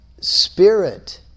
spirit